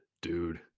dude